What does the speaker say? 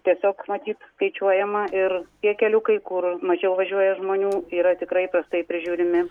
tiesiog matyt skaičiuojama ir tie keliukai kur mažiau važiuoja žmonių yra tikrai prastai prižiūrimi